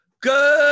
Good